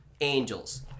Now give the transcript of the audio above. angels